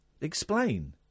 Explain